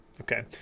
Okay